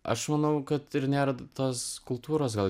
aš manau kad ir nėra tos kultūros gal